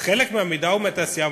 חלק מהמידע הוא מהתעשייה,